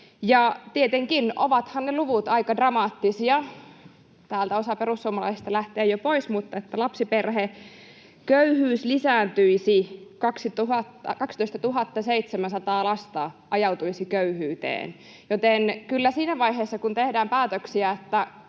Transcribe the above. Tietenkin, ovathan ne luvut aika dramaattisia — täältä osa perussuomalaisista lähtee jo pois. Lapsiperheköyhyys lisääntyisi, 12 700 lasta ajautuisi köyhyyteen, joten kyllä siinä vaiheessa, kun tehdään päätöksiä,